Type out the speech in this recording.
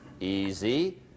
easy